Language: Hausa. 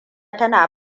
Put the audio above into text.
tana